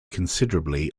considerably